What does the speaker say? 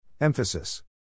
Emphasis